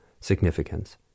significance